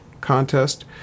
Contest